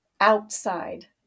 outside